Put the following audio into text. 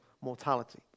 mortality